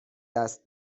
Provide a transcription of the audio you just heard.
دست